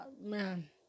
man